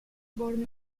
born